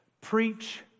Preach